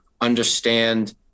understand